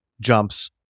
jumps